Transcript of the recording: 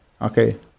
okay